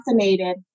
assassinated